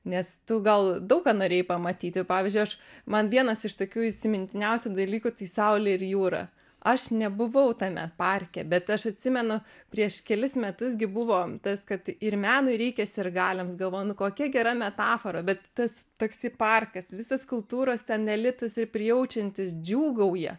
nes tu gal daug ką norėjai pamatyti pavyzdžiui aš man vienas iš tokių įsimintiniausių dalykų tai saulė ir jūra aš nebuvau tame parke bet aš atsimenu prieš kelis metus gi buvo tas kad ir menui reikia sirgaliams galvoju nu kokia gera metafora bet tas taksi parkas visas kultūros ten elitas ir prijaučiantis džiūgauja